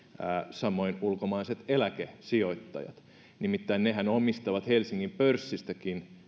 samoin ulkomaiset eläkesijoittajat nimittäin hehän omistavat helsingin pörssistäkin